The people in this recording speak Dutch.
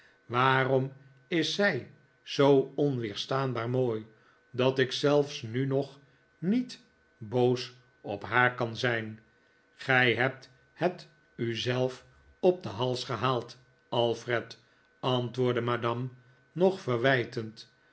waarom is zij zoo onweerstaanbaar mooi dat ik zelfs nu nog niet boos op haar kan zijn gij hebt het u zelf op den hals gehaald alfred antwoordde madame nog verwijtend